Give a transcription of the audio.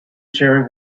sharing